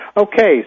Okay